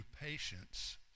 patience